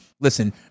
Listen